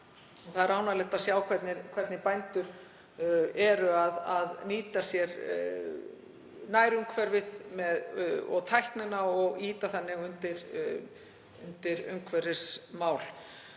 það er ánægjulegt að sjá hvernig bændur eru að nýta sér nærumhverfið og tæknina og ýta þannig undir umhverfismál.